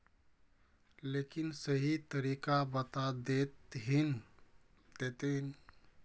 लेकिन सही तरीका बता देतहिन?